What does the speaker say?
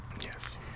Yes